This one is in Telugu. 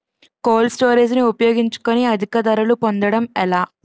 కోల్డ్ స్టోరేజ్ ని ఉపయోగించుకొని అధిక ధరలు పొందడం ఎలా?